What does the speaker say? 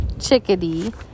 Chickadee